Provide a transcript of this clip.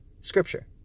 scripture